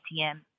ATM